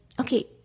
Okay